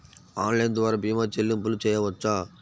Online ద్వార భీమా చెల్లింపులు చేయవచ్చా?